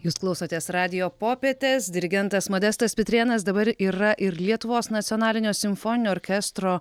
jūs klausotės radijo popietės dirigentas modestas pitrėnas dabar yra ir lietuvos nacionalinio simfoninio orkestro